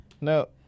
No